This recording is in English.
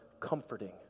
comforting